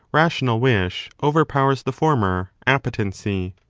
rational wish, overpowers the former, appetency.